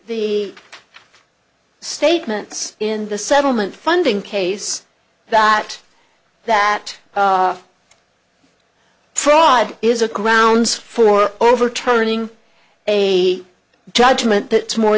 the statements in the settlement funding case that that fraud is a grounds for overturning a judgment that more